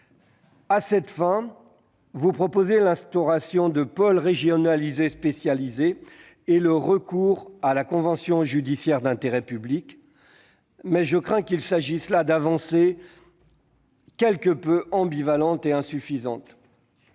À cette fin, vous proposez l'instauration de pôles régionalisés spécialisés et le recours à la convention judiciaire d'intérêt public, mais je crains qu'il ne s'agisse d'avancées quelque peu ambivalentes et insuffisantes.